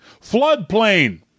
Floodplain